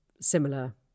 similar